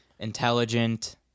intelligent